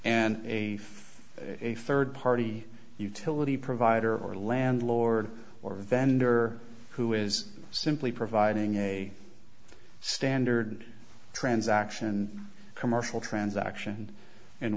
and a third party utility provider or landlord or vendor who is simply providing a standard transaction commercial transaction in